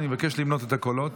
אני מבקש למנות את הקולות.